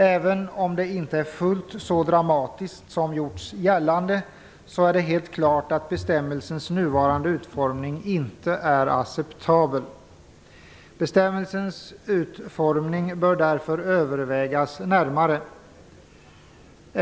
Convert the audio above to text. Även om det inte är fullt så dramatiskt som det har gjorts gällande är bestämmelsens nuvarande utformning helt klart inte acceptabel. Bestämmelsens utformning bör därför övervägas närmare.